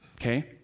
okay